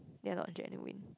ya lor genuine